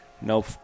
No